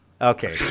Okay